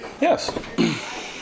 Yes